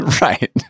Right